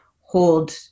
hold